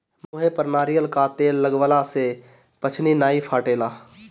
मुहे पर नारियल कअ तेल लगवला से पछ्नी नाइ फाटेला